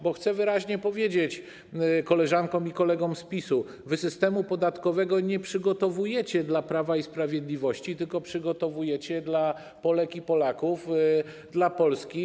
Bo chcę wyraźnie powiedzieć koleżankom i kolegom z PiS-u, że wy systemu podatkowego nie przygotowujecie dla Prawa i Sprawiedliwości, tylko dla Polek i Polaków, dla Polski.